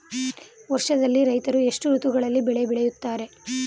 ವರ್ಷದಲ್ಲಿ ರೈತರು ಎಷ್ಟು ಋತುಗಳಲ್ಲಿ ಬೆಳೆ ಬೆಳೆಯುತ್ತಾರೆ?